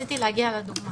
רציתי להגיע לדוגמה.